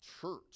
church